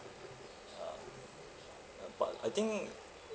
ah uh but I think